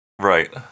Right